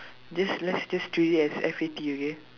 this let's just treat it as F A T okay